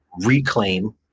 reclaim